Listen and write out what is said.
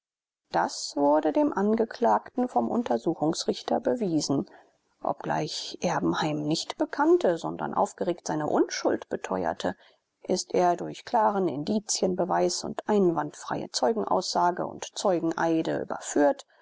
das wurde dem angeklagten vom untersuchungsrichter bewiesen obgleich erbenheim nicht bekannte sondern aufgeregt seine unschuld beteuerte ist er durch klaren indizienbeweis und einwandfreie zeugenaussagen und zeugeneide überführt